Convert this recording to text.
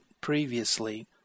previously